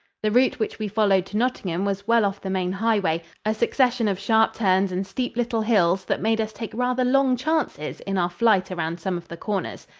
the route which we followed to nottingham was well off the main highway a succession of sharp turns and steep little hills that made us take rather long chances in our flight around some of the corners.